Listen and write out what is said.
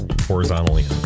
horizontally